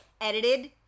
Edited